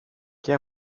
και